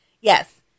Yes